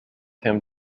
him